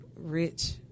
Rich